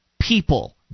people